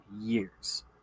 years